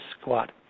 squat